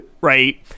right